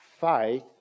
faith